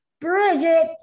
Bridget